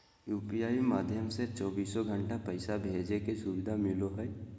UPI माध्यम से चौबीसो घण्टा पैसा भेजे के सुविधा मिलो हय